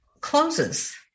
closes